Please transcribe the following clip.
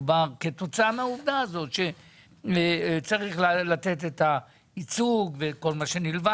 כתוצאה מהעובדה הזאת שצריך לתת את הייצוג ואת כל מה שנלווה